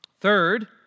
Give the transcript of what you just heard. Third